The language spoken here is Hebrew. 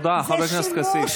תודה, חבר הכנסת כסיף.